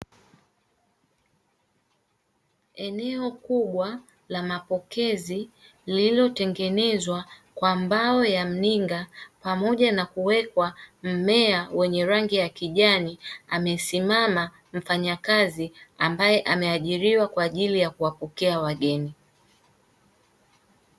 Eneo kubwa la mapokezi lililotengenezwa kwa mbao ya mninga pamoja na kuwekwa mmea wenye rangi ya kijani amesimama mfanyakazi ambaye ameajiriwa kwa ajili ya kuwapokea wageni.